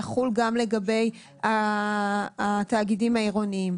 יחול גם לגבי התאגידים העירוניים.